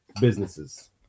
businesses